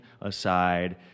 aside